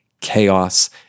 chaos